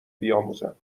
بیاموزند